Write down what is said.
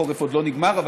החורף עוד לא נגמר,